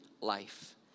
life